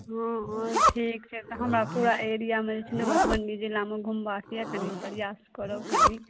हँ हँ ठीक छै तऽ हमरा पूरा एरिआमे जे छै ने मधुबनी जिलामे घुमबाक यऽ कनि प्रयास करब कनि